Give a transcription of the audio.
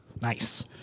Nice